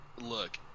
Look